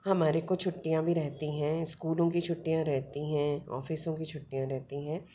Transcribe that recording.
हमारे को छुट्टियाँ भी रहती हैं इस्कूलों की छुट्टियाँ रहती हैं ऑफिसों की छुट्टियाँ रहती हैं